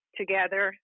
together